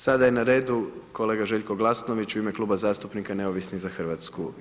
Sada je na redu kolega Željko Glasnović u ime Kluba zastupnika Neovisni za Hrvatsku.